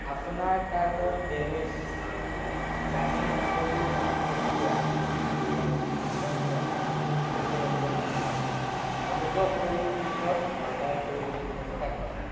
আপোনাৰ কাৰ্টৰ ডেনিছ দামী ছাগলীৰ মাংসৰ টুকুৰা ম মটন কাৰ্বছটো উপলব্ধ নহয় অনুগ্ৰহ কৰি পিছত অৰ্ডাৰ কৰিবলৈ চেষ্টা কৰক